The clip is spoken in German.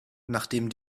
nachdem